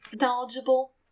knowledgeable